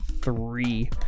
three